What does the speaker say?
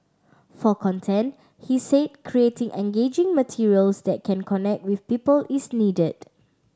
for content he said creating engaging materials that can connect with people is needed